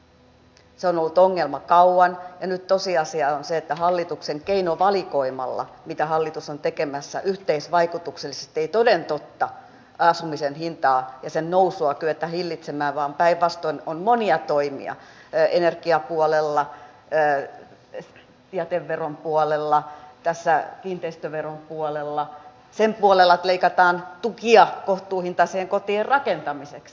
se on ollut ongelma kauan ja nyt tosiasia on se että hallituksen keinovalikoimalla mitä hallitus on tekemässä yhteisvaikutuksellisesti ei toden totta asumisen hintaa ja sen nousua kyetä hillitsemään vaan päinvastoin on monia toimia energiapuolella jäteveron puolella kiinteistöveron puolella sen puolella että leikataan tukia kohtuuhintaisten kotien rakentamiseksi